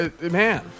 man